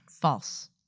False